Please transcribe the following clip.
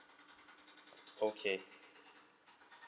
okay